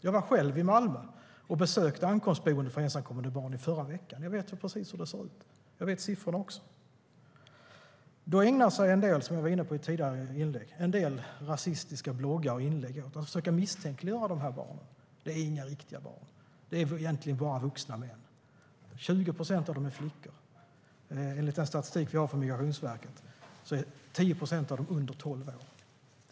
Jag var själv i Malmö och besökte ankomstboenden för ensamkommande barn i förra veckan. Jag vet precis hur det ser ut. Jag vet siffrorna också. Då ägnar sig en del, som jag var inne på i tidigare inlägg, rasistiska bloggar och inlägg åt att försöka misstänkliggöra de här barnen. "Det är inga riktiga barn. Det är egentligen bara vuxna män." 20 procent av dem är flickor. Enligt den statistik vi har från Migrationsverket är 10 procent av dem under tolv år.